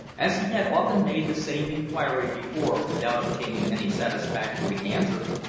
as he had often made the same inquiry before without obtaining any satisfactory answer,